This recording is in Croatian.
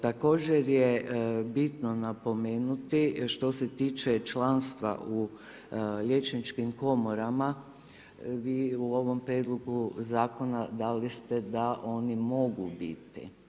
Također je bitno napomenuti što se tiče članstva u liječničkim komorama, vi u ovom prijedlogu zakona dali ste da oni mogu biti.